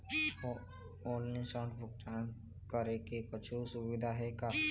Online ऋण भुगतान करे के कुछू सुविधा हे का?